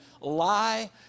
lie